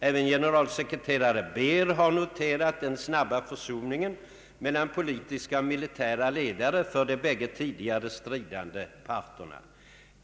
Även generalsekreterare Beer har noterat den snabba försoningen mellan politiska och militära ledare för de bägge tidigare stridande parterna.